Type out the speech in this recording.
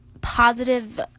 positive